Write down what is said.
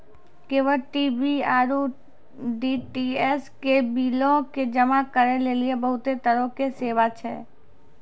cable TV आरु DTH के बिलो के जमा करै लेली बहुते तरहो के सेवा छै